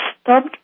stop